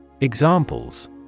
Examples